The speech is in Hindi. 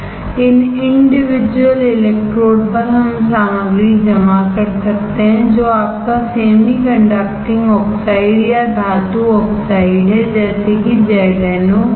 इन इंडिविजुअल इलेक्ट्रोड पर हम सामग्री जमा कर सकते हैं जो आपका सेमीकंडक्टिंग ऑक्साइड या धातु ऑक्साइड है जैसे कि ZnO सही